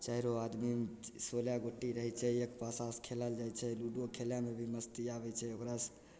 चाइरो आदमी सोलह गोटी रहय छै एक पासासँ खेलल जाइ छै लूडो खेलयमे भी मस्ती आबय छै ओकरासँ